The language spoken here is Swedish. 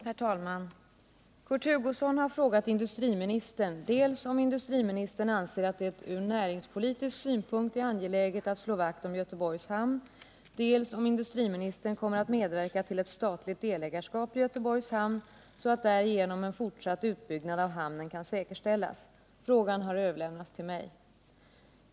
Herr talman! Kurt Hugosson har frågat industriministern dels om industriministern anser att det ur näringspolitisk synpunkt är angeläget att slå vakt om Göteborgs hamn, dels om industriministern kommer att medverka till ett statligt delägarskap i Göteborgs hamn, så att därigenom en fortsatt utbyggnad av hamnen kan säkerställas. Frågan har överlämnats till mig.